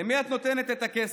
למי את נותנת את הכסף,